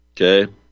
Okay